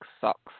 sucks